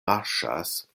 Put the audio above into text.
aspektas